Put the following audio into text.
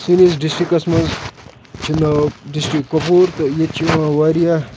سٲنِس ڈِسٹِرٛکَس منٛز چھِ ناو ڈِسٹِرٛک کۄپوور تہٕ ییٚتہِ چھِ یِوان واریاہ